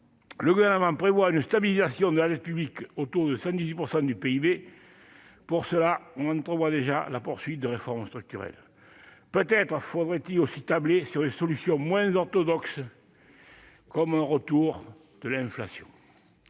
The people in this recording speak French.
le Gouvernement prévoit une stabilisation de la dette publique autour de 118 % du PIB. Pour cela, on entrevoit déjà la poursuite des réformes structurelles. Peut-être faudrait-il aussi tabler sur des solutions moins « orthodoxes », comme un retour de l'inflation